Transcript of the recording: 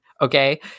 okay